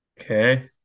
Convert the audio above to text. Okay